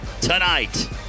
tonight